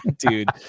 dude